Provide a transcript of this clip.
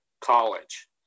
college